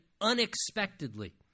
unexpectedly